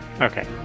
Okay